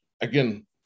again